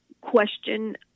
question